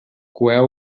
coeu